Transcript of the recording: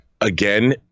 again